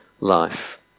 life